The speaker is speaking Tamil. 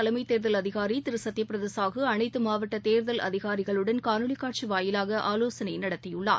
தலைமைத் தேர்தல் அதிகாரி திரு சத்தியபிரத சாஹு அனைத்து மாவட்ட தேர்தல் அதிகாரிகளுடன் காணொலி காட்சி வாயிலாக ஆலோசனை நடத்தியுள்ளார்